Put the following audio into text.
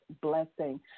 blessing